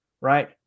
right